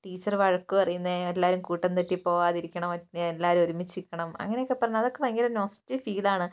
teacher വഴക്കു പറയുന്നത് എല്ലാവരും കൂട്ടം തെറ്റി പോവാതിരിക്കണം എല്ലാവരും ഒരുമിച്ച് നിൽക്കണം അങ്ങനൊക്കെ പറഞ്ഞ് അതൊക്കെ ഭയങ്കര നൊസ്റ്റു ഫീൽ ആണ്